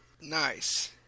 Nice